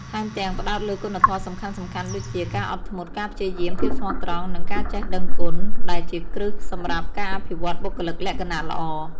ថែមទាំង ផ្តោតលើគុណធម៌សំខាន់ៗដូចជា ការអត់ធ្មត់ ការព្យាយាម ភាពស្មោះត្រង់ និងការចេះដឹងគុណ ដែលជាគ្រឹះសម្រាប់ការអភិវឌ្ឍបុគ្គលិកលក្ខណៈល្អ។